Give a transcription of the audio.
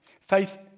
Faith